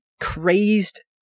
crazed